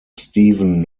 steven